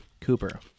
Cooper